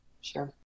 Sure